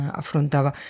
affrontava